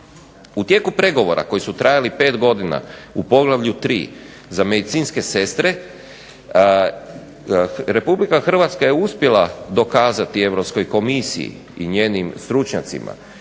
U tijeku pregovora koji su trajali pet godina u poglavlju 3. za medicinske sestre Republika Hrvatska je uspjela dokazati Europskoj komisiji i njenim stručnjacima